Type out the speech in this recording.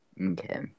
Okay